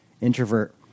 introvert